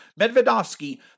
Medvedovsky